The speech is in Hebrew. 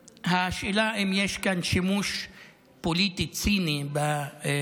השאלה היא אם יש כאן שימוש פוליטי ציני בצנזורה.